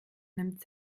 nimmt